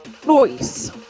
voice